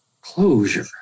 closure